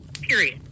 Period